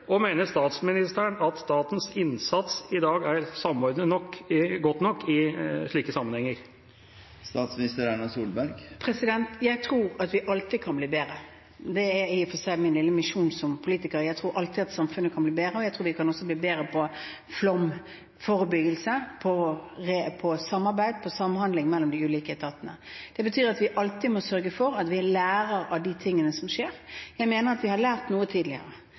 Og mener statsministeren at statens innsats i dag er samordnet godt nok i slike sammenhenger? Jeg tror at vi alltid kan bli bedre. Det er i og for seg min lille misjon som politiker – jeg tror alltid at samfunnet kan bli bedre. Jeg tror vi også kan bli bedre på flomforebyggelse, på samarbeid og på samhandling mellom de ulike etatene. Det betyr at vi alltid må sørge for at vi lærer av de tingene som skjer. Jeg mener at vi har lært noe tidligere.